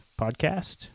podcast